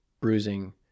bruising